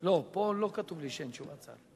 לא, פה לא כתוב לי שאין תשובת שר.